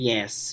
Yes